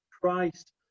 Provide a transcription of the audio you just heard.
christ